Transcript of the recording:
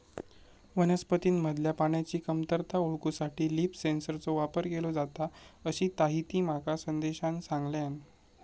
वनस्पतींमधल्या पाण्याची कमतरता ओळखूसाठी लीफ सेन्सरचो वापर केलो जाता, अशीताहिती माका संदेशान सांगल्यान